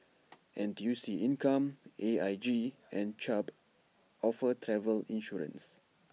N T U C income A I G and Chubb offer travel insurance